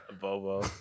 Bobo